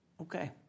Okay